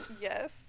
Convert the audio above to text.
Yes